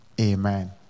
Amen